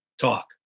talk